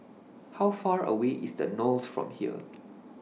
How Far away IS The Knolls from here